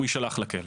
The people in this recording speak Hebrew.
הוא יישלח לכלא.